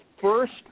first